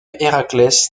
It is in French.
héraclès